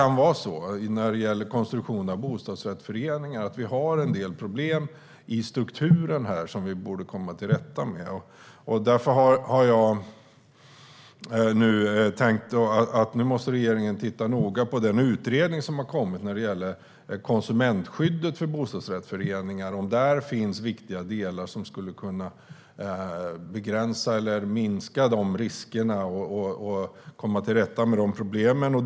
När det gäller konstruktionen av bostadsrättsföreningar kan det vara så att vi har en del problem i strukturen som vi borde komma till rätta med. Därför måste regeringen titta noga på den utredning som har kommit när det gäller konsumentskyddet för bostadsrättsföreningen och om där finns viktiga delar som skulle kunna begränsa eller minska riskerna och komma till rätta med dessa problem.